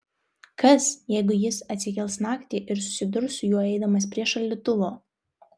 kas jeigu jis atsikels naktį ir susidurs su juo eidamas prie šaldytuvo